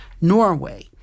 Norway